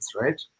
right